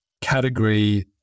category